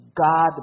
god